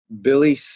Billy